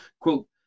quote